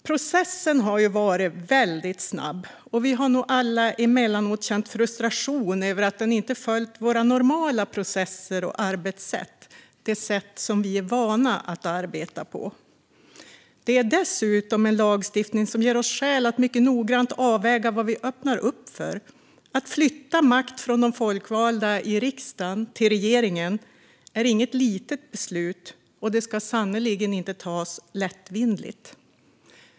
Processen har varit väldigt snabb, och vi har nog alla emellanåt känt frustration över att den inte följt våra normala processer och arbetssätt. Det är dessutom en lagstiftning som ger oss skäl att mycket noggrant avväga vad vi öppnar upp för. Att flytta makt från de folkvalda i riksdagen till regeringen är inget litet beslut, och det ska sannerligen inte tas lättvindigt.